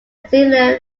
cecilia